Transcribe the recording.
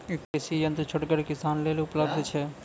ई कृषि यंत्र छोटगर किसानक लेल उपलव्ध छै?